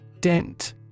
Dent